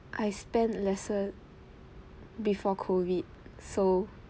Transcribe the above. I spend lesser before COVID so